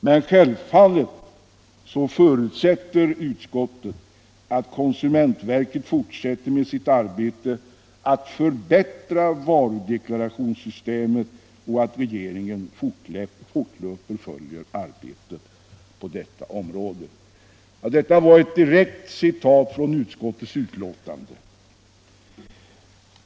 Men självfallet förutsätter utskottet att konsumentverket fortsätter med sitt arbete att förbättra varudeklarationssystemet och att regeringen fortlöpande följer arbetet på detta område. Herr talman!